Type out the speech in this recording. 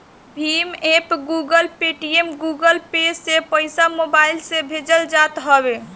Bhim app, Google, Paytm, Google Pay से पईसा mobile से भेजल जात हवे